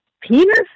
penis